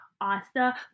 Asta